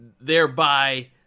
thereby